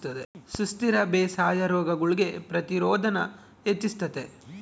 ಸುಸ್ಥಿರ ಬೇಸಾಯಾ ರೋಗಗುಳ್ಗೆ ಪ್ರತಿರೋಧಾನ ಹೆಚ್ಚಿಸ್ತತೆ